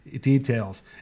details